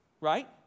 Right